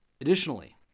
additionally